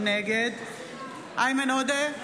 נגד איימן עודה,